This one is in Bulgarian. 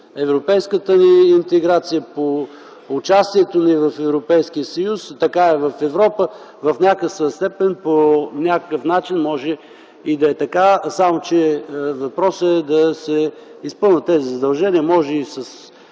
европейската ни интеграция, по участието ни в Европейския съюз, така е в Европа. В някаква степен по някакъв начин може и да е така, само че въпросът е да се изпълнят тези задължения, може и с